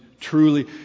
truly